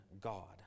God